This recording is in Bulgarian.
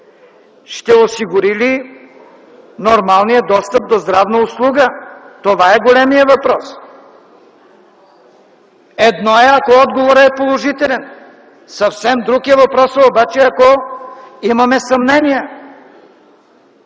се осигури ли нормалният достъп до здравна услуга? Това е големият въпрос. Едно е ако отговорът е положителен, съвсем друг е въпросът обаче, ако имаме съмнения.